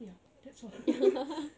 ya that's why